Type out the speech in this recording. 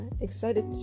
excited